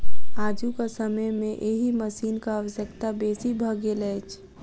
आजुक समय मे एहि मशीनक आवश्यकता बेसी भ गेल अछि